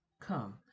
come